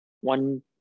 one